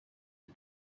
had